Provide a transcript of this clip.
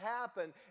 happen